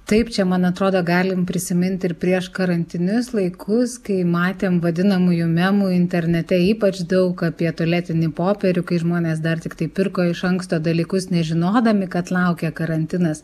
taip čia man atrodo galim prisiminti ir prieš karantinius laikus kai matėm vadinamųjų memų internete ypač daug apie tualetinį popierių kai žmonės dar tiktai pirko iš anksto dalykus nežinodami kad laukia karantinas